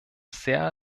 sehr